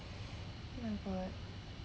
oh my god